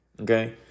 Okay